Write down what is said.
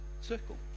circle